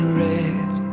red